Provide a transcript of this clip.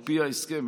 לפי ההסכם,